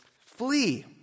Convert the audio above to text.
flee